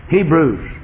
Hebrews